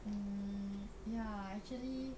mmhmm ya actually